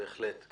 בהחלט.